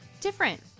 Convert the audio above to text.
different